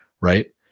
right